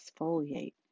exfoliate